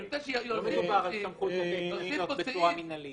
לא מדובר על סמכות בצורה מנהלית.